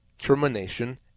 Termination